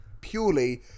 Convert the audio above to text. purely